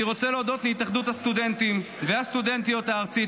אני רוצה להודות להתאחדות הסטודנטים והסטודנטיות הארצית,